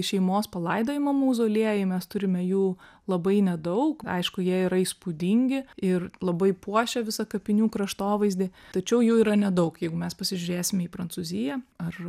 šeimos palaidojimo mauzoliejai mes turime jų labai nedaug aišku jie yra įspūdingi ir labai puošia visą kapinių kraštovaizdį tačiau jų yra nedaug jeigu mes pasižiūrėsim į prancūziją ar